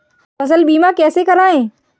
फसल बीमा कैसे कराएँ?